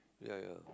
ya ya